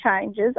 changes